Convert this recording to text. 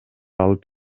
алып